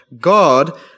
God